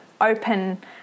open